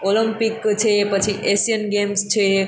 Olympic છે પછી Asian Games છે